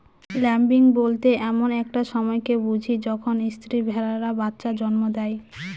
lambing বলতে এমন একটা সময়কে বুঝি যখন স্ত্রী ভেড়ারা বাচ্চা জন্ম দেয়